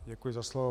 Děkuji za slovo.